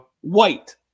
White